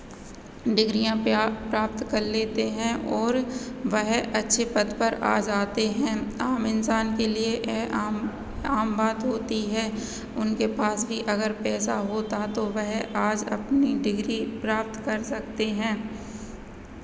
डिग्रियाँ प्या प्राप्त कर लेते हैं और वह अच्छे पद पर आ जाते हैं आम इंसान के लिए ये आम आम बात होती है उनके पास भी अगर पैसा होता तो वह आज अपनी डिग्री प्राप्त कर सकते हैं